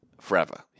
forever